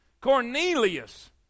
Cornelius